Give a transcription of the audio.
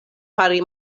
fari